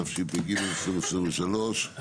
התשפ"ג-2023,